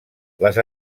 les